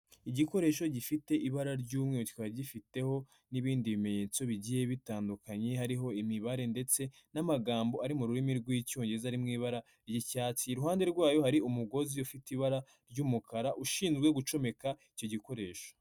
Igikoresho gifite ibara ry'umweru kikaba gifiteho n'ibindi bimenyetso bigiye bitandukanye, hakaba hariho imibare ndetse n'amagambo ari mu rurimi rw'icyongereza ari mu ibara ry'icyatsi, iruhande rwayo hari umugozi ufite ibara ry'umukara ushinzwe gucomeka icyo gikoresho.